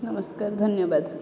ନମସ୍କାର ଧନ୍ୟବାଦ